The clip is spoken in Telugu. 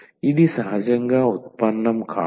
ఇది సహజంగా ఉత్పన్నం కాదు